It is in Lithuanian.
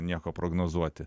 nieko prognozuoti